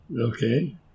Okay